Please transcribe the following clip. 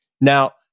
Now